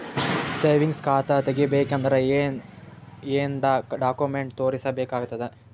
Savings ಖಾತಾ ತೇರಿಬೇಕಂದರ ಏನ್ ಏನ್ಡಾ ಕೊಮೆಂಟ ತೋರಿಸ ಬೇಕಾತದ?